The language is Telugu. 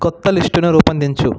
కొత్త లిస్టును రూపొందించు